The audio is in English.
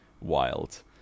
wild